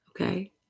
Okay